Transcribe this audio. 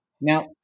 Now